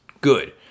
good